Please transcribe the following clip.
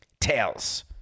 Tails